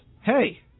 hey